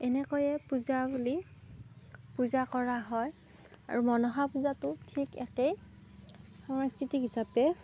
এনেকৈয়ে পূজা বুলি পূজা কৰা হয় আৰু মনসা পূজাটো ঠিক একেই সংস্কৃতিক হিচাপে